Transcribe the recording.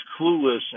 clueless